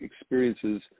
experiences